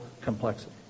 complexity